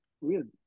weird